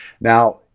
Now